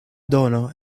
dono